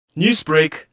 Newsbreak